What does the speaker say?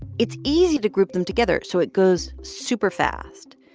it's easy to group them together so it goes super-fast.